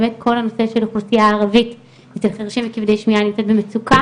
באמת כל הנושא של האוכלוסיה הערבית אצל חרשים וכבדי שמיעה נמצא במצוקה,